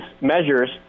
measures